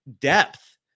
depth